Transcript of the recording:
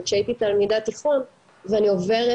אבל כשהייתי תלמידת תיכון ואני עוברת